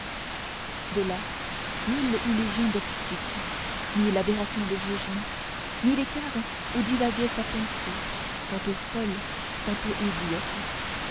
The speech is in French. de là mille illusions d'optique mille aberrations de jugement mille écarts où divaguait sa pensée tantôt folle tantôt idiote